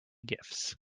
gifts